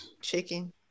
Chicken